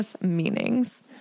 meanings